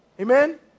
Amen